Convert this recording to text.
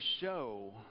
show